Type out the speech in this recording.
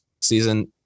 season